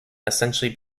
essentially